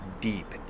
deep